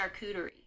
charcuterie